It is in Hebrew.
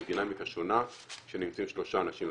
היא דינמיקה שונה כשנמצאים שלושה אנשים.